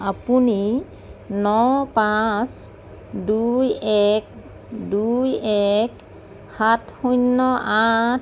আপুনি ন পাঁচ দুই এক দুই এক সাত শূন্য আঠ